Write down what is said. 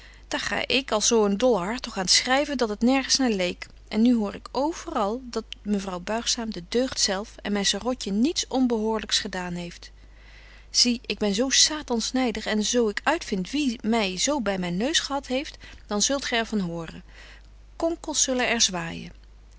daar ga ik je als zo een dolle hartog aan t schryven dat het nergens naar leek en nu hoor ik overal dat mevrouw buigzaam de deugd zelf en myn sarotje niets betje wolff en aagje deken historie van mejuffrouw sara burgerhart onbehoorlyks gedaan heeft zie ik ben zo satans nydig en zo ik uitvind wie my zo by myn neus gehad heeft dan zult gy er van horen konkels zullen er zwaaijen